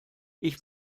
ich